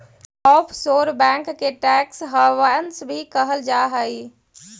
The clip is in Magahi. ऑफशोर बैंक के टैक्स हैवंस भी कहल जा हइ